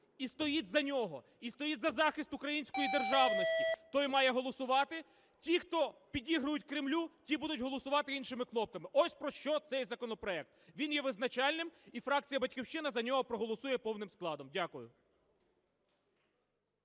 і стоїть за нього, і стоїть за захист української державності, той має голосувати. Ті, хто підігрують Кремлю, ті будуть голосувати іншими кнопками. Ось про що цей законопроект. Він є визначальним, і фракція "Батьківщина" за нього проголосує повним складом. Дякую.